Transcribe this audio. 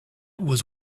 was